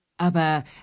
Aber